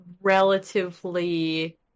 relatively